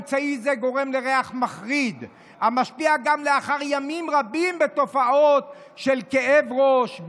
אמצעי זה גורם לריח מחריד המשפיע גם לאחר ימים רבים בתופעות של כאב ראש,